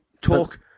talk